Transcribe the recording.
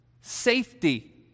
safety